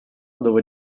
dove